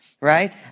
right